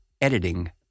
editing